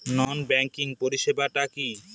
নন banking পরিষেবা টা কি?